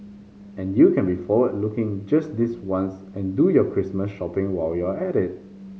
and you can be forward looking just this once and do your Christmas shopping while you're at it